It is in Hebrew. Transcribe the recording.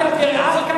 תתבייש לך.